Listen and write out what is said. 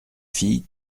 fille